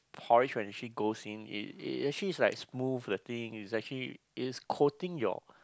porridge when actually goes in it it actually is like smooth the thing is actually it is coating your